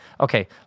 Okay